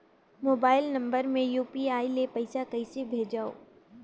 Mobile number मे UPI ले पइसा कइसे भेजवं?